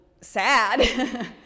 sad